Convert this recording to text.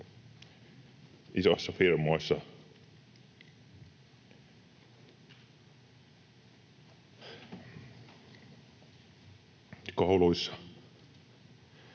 isoissa firmoissa, kouluissa.